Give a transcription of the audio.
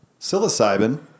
psilocybin